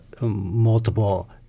multiple